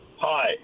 Hi